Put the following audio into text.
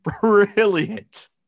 Brilliant